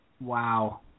Wow